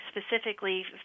specifically